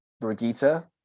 Brigitte